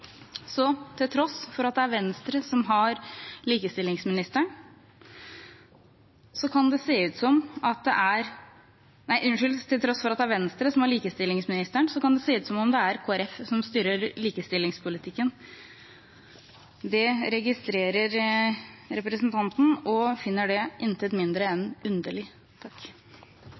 Så til tross for at det er Venstre som har likestillingsministeren, kan det se ut som om det er Kristelig Folkeparti som styrer likestillingspolitikken. Det registrerer jeg og finner det intet mindre enn underlig.